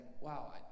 Wow